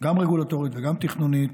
גם רגולטורית וגם תכנונית,